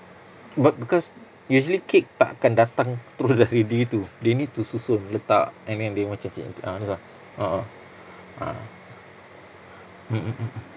but because usually cake tak akan datang terus dah diri gitu they need to susun letak and then they macam ci~ ci~ ah tu lah a'ah ah mmhmm